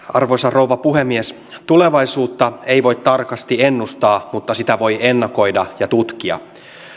arvoisa rouva puhemies tulevaisuutta ei voi tarkasti ennustaa mutta sitä voi ennakoida ja tutkia